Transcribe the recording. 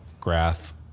graph